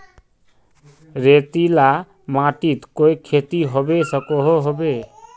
रेतीला माटित कोई खेती होबे सकोहो होबे?